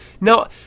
Now